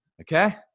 Okay